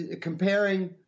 comparing